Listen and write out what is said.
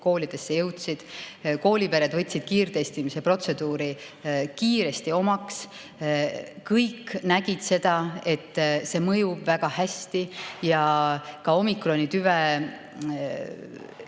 koolidesse jõudsid. Koolipered võtsid kiirtestimise protseduuri kiiresti omaks. Kõik nägid, et see mõjub väga hästi, ja ka omikrontüve